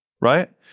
right